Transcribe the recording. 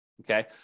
okay